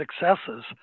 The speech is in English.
successes